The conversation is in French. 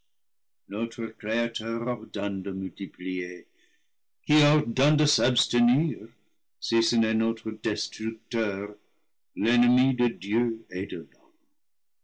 notre créateur ordonne de multiplier qui ordonne de s'abstenir si ce n'est notre destructeur l'ennemi de dieu et de l'homme